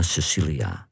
Cecilia